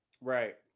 right